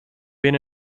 been